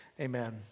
Amen